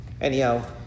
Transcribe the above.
Anyhow